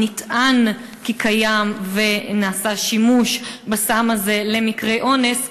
"נטען" כי קיים ונעשה שימוש בסם הזה למקרי אונס,